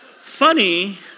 Funny